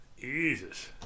Jesus